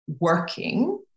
working